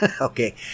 Okay